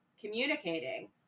communicating